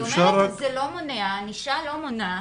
היא אומרת שהענישה לא מונעת,